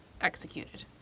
executed